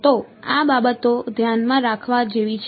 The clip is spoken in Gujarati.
તો આ બાબતો ધ્યાનમાં રાખવા જેવી છે